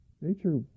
nature